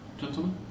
gentlemen